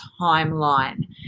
timeline